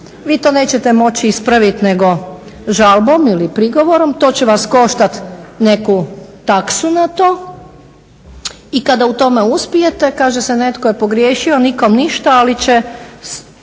vi to nećete moći ispraviti nego žalbom ili prigovorom. To će vas koštati neku taksu na to i kada u tome uspijete kaže se netko je pogriješio nikome ništa, ali će